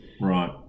Right